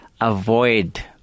avoid